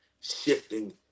shifting